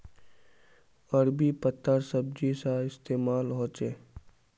अरबी पत्तार सब्जी सा इस्तेमाल होछे